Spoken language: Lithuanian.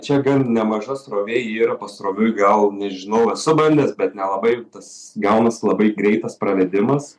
čia gan nemaža srovė yra pasroviui gal nežinau esu bandęs bet nelabai tas gaunasi labai greitas pravedimas